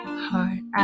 heart